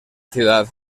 ciudad